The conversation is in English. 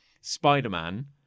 Spider-Man